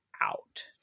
out